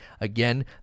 again